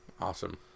Awesome